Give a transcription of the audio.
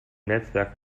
netzwerk